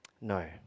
no